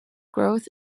growth